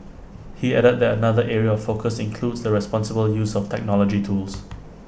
he added that another area of focus includes the responsible use of technology tools